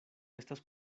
estas